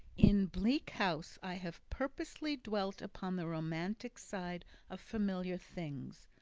in bleak house i have purposely dwelt upon the romantic side of familiar things.